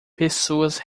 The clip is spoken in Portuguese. pessoas